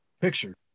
picture